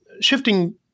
Shifting